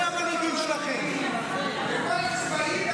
נראה לי,